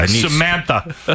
Samantha